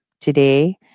today